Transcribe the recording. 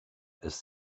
ist